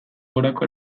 gorako